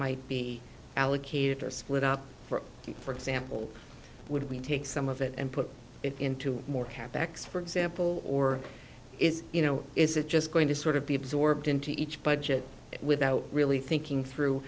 might be allocated or split up for example would we take some of it and put it into more cap ex for example or is you know is it just going to sort of be absorbed into each budget without really thinking through